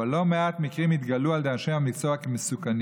אבל לא מעט מקרים התגלו על ידי אנשי המקצוע כמסוכנים,